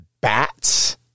bats